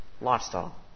lifestyle